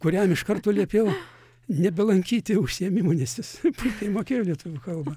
kuriam iš karto liepiau nebelankyti užsiėmimų nes jis puikiai mokėjo lietuvių kalbą